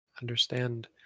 understand